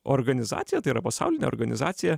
organizacija tai yra pasaulinė organizacija